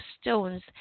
stones